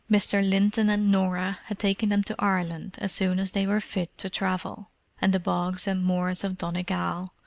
mr. linton and norah had taken them to ireland as soon as they were fit to travel and the bogs and moors of donegal,